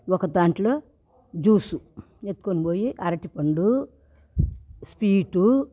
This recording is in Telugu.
ఒక దాంట్లో జ్యూసు ఎత్తుకొని పోయి అరటిపండు స్వీటు